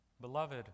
Beloved